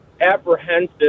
apprehensive